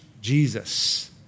Jesus